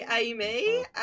Amy